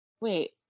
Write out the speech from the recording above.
wait